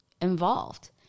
involved